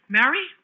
Mary